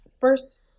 First